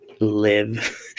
live